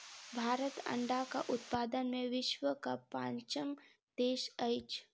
भारत अंडाक उत्पादन मे विश्वक पाँचम देश अछि